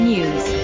News